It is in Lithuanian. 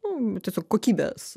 nu tiesiog kokybės